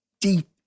deep